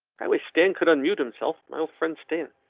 i wish then could unmute himself my friend still.